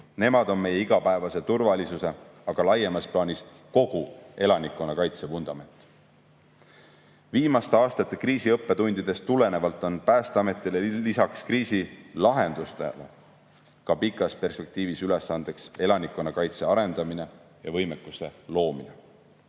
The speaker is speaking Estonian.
Nemad on meie igapäevase turvalisuse, aga laiemas plaanis kogu elanikkonnakaitse vundament. Viimaste aastate kriisiõppetundidest tulenevalt on Päästeametile lisaks kriisi lahendamisele ka pikas perspektiivis ülesandeks elanikkonnakaitse arendamine ja võimekuse loomine.